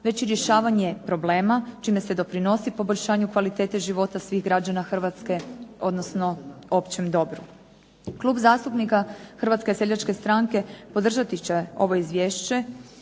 već i rješavanje problema čime se doprinosi poboljšanju kvalitete života svih građana Hrvatske odnosno općem dobru. Klub zastupnika HSS-a podržati će ovo izvješće,